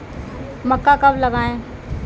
मक्का कब लगाएँ?